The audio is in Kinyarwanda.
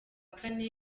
kane